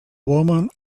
woman